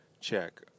check